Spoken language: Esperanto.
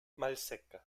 malseka